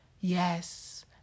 Yes